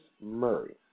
Murray